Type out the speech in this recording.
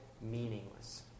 meaningless